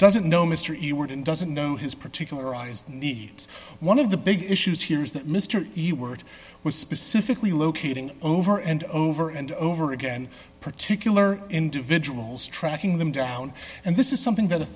doesn't know mr ewart and doesn't know his particularized needs one of the big issues here is that mr the word was specifically locating over and over and over again particular individuals tracking them down and this is something that a